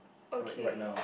okay